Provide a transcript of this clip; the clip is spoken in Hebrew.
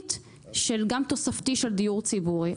לתוספת של דיור ציבורי?